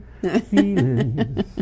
Feelings